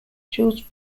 jules